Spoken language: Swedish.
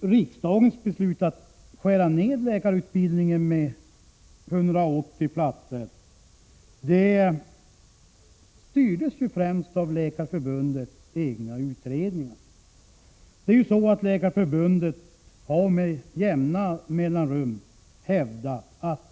Riksdagens beslut att skära ned läkarutbildningen med 180 platser styrdes främst av Läkarförbundets egna utredningar. Läkarförbundet har ju med jämna mellanrum hävdat att